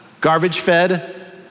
Garbage-fed